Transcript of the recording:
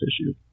issue